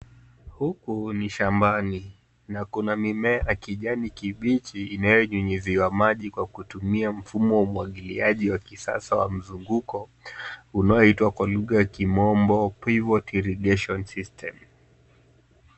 Huku ni shambani na kuna mimea ya kijani kibichi inayonyunyiziwa maji kwa kutumia mfumo wa umwagiliaji wa kisasa wa mzunguko unaoitwa kwa lugha ya kimombo pivot irrigation system.